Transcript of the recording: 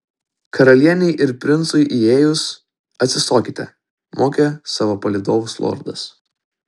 karalienei ir princui įėjus atsistokite mokė savo palydovus lordas